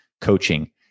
coaching